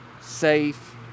safe